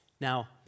Now